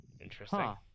Interesting